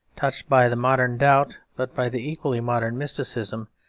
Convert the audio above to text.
touched by the modern doubt but by the equally modern mysticism,